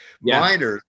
miners